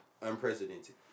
unprecedented